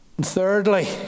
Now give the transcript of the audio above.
thirdly